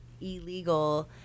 illegal